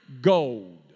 gold